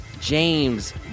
James